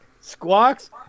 squawks